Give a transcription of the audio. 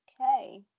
okay